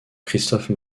christophe